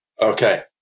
Okay